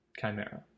Chimera